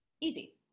Easy